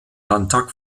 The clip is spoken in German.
landtag